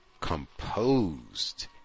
composed